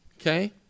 Okay